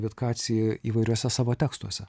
vitkacį vairiuose savo tekstuose